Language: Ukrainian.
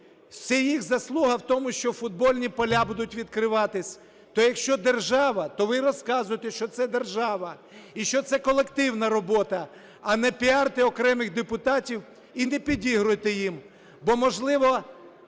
це їх заслуга в тому, що футбольні поля будуть відкриватися. То якщо держава, то ви й розказуйте, що це держава і що це колективна робота, а не піарте окремих депутатів і не підігруйте їм, бо, можливо,